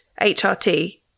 HRT